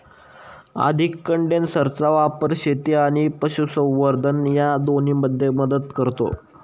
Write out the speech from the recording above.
अधिक कंडेन्सरचा वापर शेती आणि पशुसंवर्धन या दोन्हींमध्ये मदत करतो